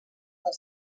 del